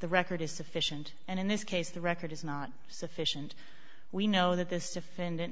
the record is sufficient and in this case the record is not sufficient we know that this defendant